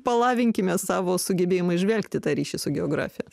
palavinkime savo sugebėjimą įžvelgti tą ryšį su geografija